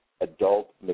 adult